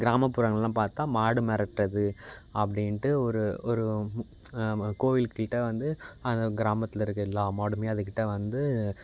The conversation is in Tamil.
கிராமப்புறங்கள்லாம் பார்த்தா மாடு மெரட்றது அப்படின்ட்டு ஒரு ஒரு கோவில்கிட்டே வந்து அந்த கிராமத்தில் இருக்க எல்லா மாடுமே அதுகிட்டே வந்து